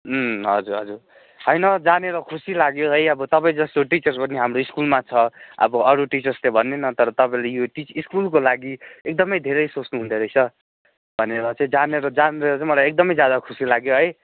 हजुर हजुर होइन जानेर खुसी लाग्यो है अब तपाईँ जस्तो टिचर्स पनि हाम्रो स्कुलमा छ अब अरू टिचर्सले भन्दैन तर तपाईँले यो टिच स्कुलको लागि एकदमै धेरै सोच्नु हुँदोरहेछ भनेर चाहिँ जानेर जानेर चाहिँ मलाई एकदमै ज्यादा खुसी लाग्यो है